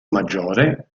maggiore